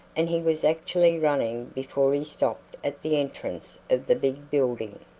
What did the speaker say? and he was actually running before he stopped at the entrance of the big building.